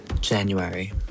January